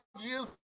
years